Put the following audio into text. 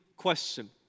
question